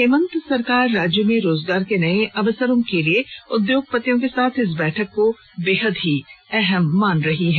हेमंत सरकार राज्य में रोजगार के नये अवसरों को लेकर उद्योगपतियों के साथ इस बैठक को बेहद ही अहम मान रही है